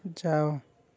ଯାଅ